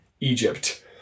Egypt